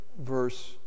verse